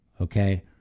Okay